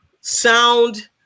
sound